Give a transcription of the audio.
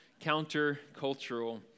countercultural